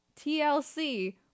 tlc